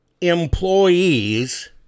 employees